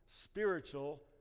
spiritual